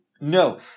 No